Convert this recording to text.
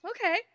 Okay